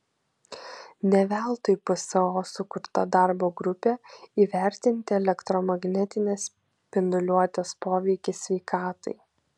ne veltui pso sukurta darbo grupė įvertinti elektromagnetinės spinduliuotės poveikį sveikatai